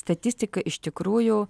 statistika iš tikrųjų